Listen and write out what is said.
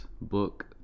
book